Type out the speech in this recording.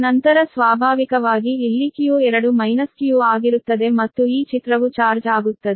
ನಂತರ ಸ್ವಾಭಾವಿಕವಾಗಿ ಇಲ್ಲಿ q2 ಮೈನಸ್ q ಆಗಿರುತ್ತದೆ ಮತ್ತು ಈ ಚಿತ್ರವು ಚಾರ್ಜ್ ಆಗುತ್ತದೆ